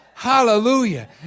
Hallelujah